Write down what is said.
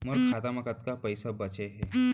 मोर खाता मा कतका पइसा बांचे हे?